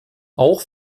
auch